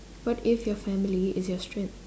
what if your family is your strength